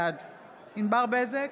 בעד ענבר בזק,